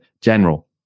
General